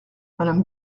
madame